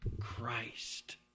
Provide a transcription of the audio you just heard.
Christ